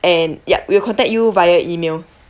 and yup we'll contact you via email